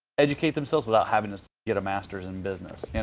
educate themselves without having to get a masters in business. and